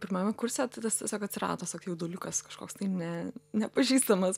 pirmame kurse tai tas tiesiog atsirado jauduliukas kažkoks tai ne nepažįstamas